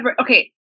Okay